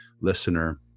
listener